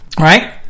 right